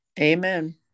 Amen